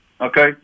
okay